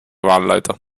wahlleiter